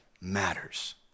matters